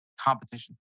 competition